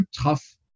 tough